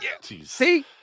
See